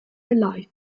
alive